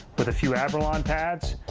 with a few averlon pads,